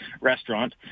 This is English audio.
restaurant